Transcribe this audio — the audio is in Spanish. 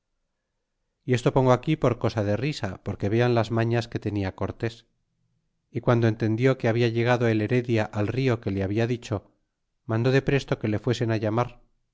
y esto pongo aquí por cosa de risa porque vean las mañas que tenia cortés y guando entendió que habla llegado el heredia al rio que le habia dicho mandó de presto que le fuesen á llamar